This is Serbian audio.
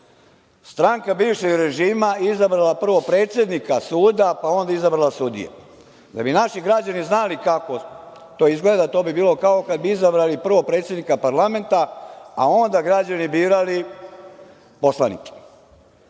stranka bivšeg režima izabrala prvo predsednika suda, pa onda izabrala sudije. Da bi naši građani znali kako to izgleda, to bi bilo kao kad bi izabrali prvo predsednika parlamenta, a onda građani birali poslanike. Iz